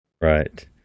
right